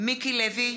מיקי לוי,